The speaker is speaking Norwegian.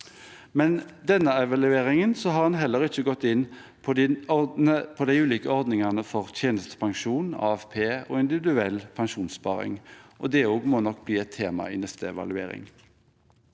Med denne evalueringen har en heller ikke gått inn på de ulike ordningene for tjenestepensjon, AFP og individuell pensjonssparing, og det må nok også bli et tema i neste evaluering.